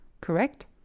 correct